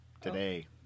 today